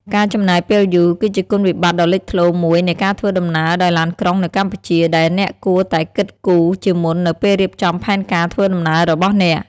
ការចំណាយពេលយូរ គឺជាគុណវិបត្តិដ៏លេចធ្លោមួយនៃការធ្វើដំណើរដោយឡានក្រុងនៅកម្ពុជា ដែលអ្នកគួរតែគិតគូរជាមុននៅពេលរៀបចំផែនការធ្វើដំណើររបស់អ្នក។